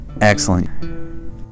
Excellent